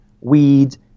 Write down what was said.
weeds